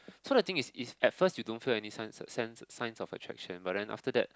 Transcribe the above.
so the thing is is at first you don't feel any signs signs signs of attraction but then after that